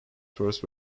first